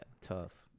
tough